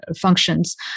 functions